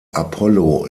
apollo